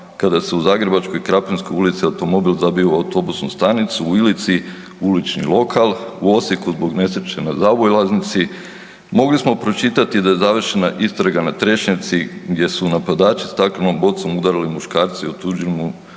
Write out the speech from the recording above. kada se u zagrebačkoj Krapinskoj ulici automobil zabio u autobusnu stanicu, u Ilici u ulični lokal, u Osijeku zbog nesreće na zaobilaznici, mogli smo pročitati da je završena istraga na Trešnjevci gdje su napadači staklenom bocom udarili muškarca i otuđili mu